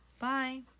bye